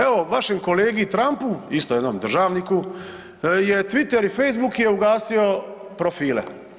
Evo vašem kolegi Trumpu isto jednom državniku je Twitter i Facebook je ugasio profile.